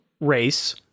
race